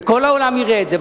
וכל העולם יראה את זה,